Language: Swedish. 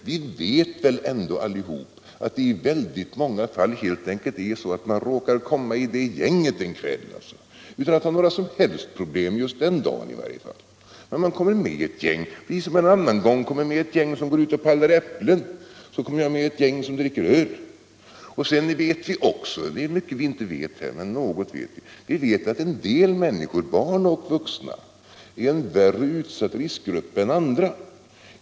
Vi vet väl ändå alla att det i oerhört många fall helt enkelt är så, att han råkar komma med i det gänget en kväll utan att ha några som helst problem tidigare — eller den dagen, i varje fall. Liksom han en annan gång kan komma med i ett gäng som går ut och pallar äpplen kan han ju komma med i ett gäng som dricker öl. Visserligen är det mycket som vi inte vet här, men något vet vi ändå, och vi vet att en del människor — både barn och vuxna — är en värre utsatt riskgrupp än andra.